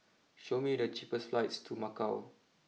show me the cheapest flights to Macau